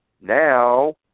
now